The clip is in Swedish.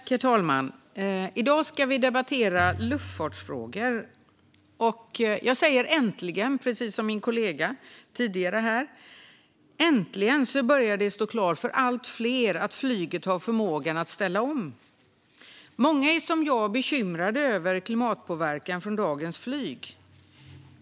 Herr talman! I dag ska vi debattera luftfartsfrågor. Jag säger "äntligen", precis som min kollega tidigare - äntligen börjar det stå klart för allt fler att flyget har förmågan att ställa om. Många är som jag bekymrade över klimatpåverkan från dagens flyg.